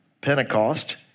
Pentecost